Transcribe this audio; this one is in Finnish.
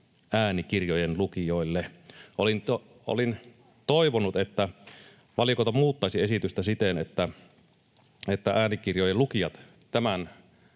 paikkaansa!] Olin toivonut, että valiokunta muuttaisi esitystä siten, että äänikirjojen lukijat tämän